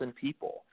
people